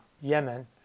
Yemen